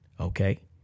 Okay